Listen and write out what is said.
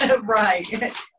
Right